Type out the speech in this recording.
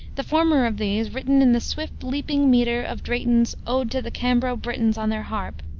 the former of these, written in the swift leaping meter of drayton's ode to the cambro britons on their harp,